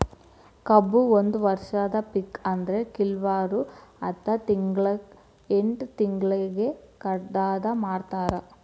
ಕಬ್ಬು ಒಂದ ವರ್ಷದ ಪಿಕ ಆದ್ರೆ ಕಿಲ್ವರು ಹತ್ತ ತಿಂಗ್ಳಾ ಎಂಟ್ ತಿಂಗ್ಳಿಗೆ ಕಡದ ಮಾರ್ತಾರ್